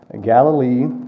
Galilee